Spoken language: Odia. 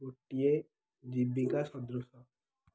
ଗୋଟିଏ ଜୀବିକା ସଦୃଶ